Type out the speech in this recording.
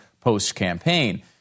post-campaign